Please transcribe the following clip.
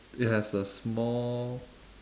it has a small